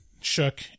shook